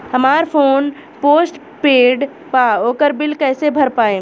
हमार phone postpaid बा ओकर बिल कईसे भर पाएम?